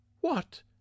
What